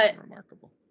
remarkable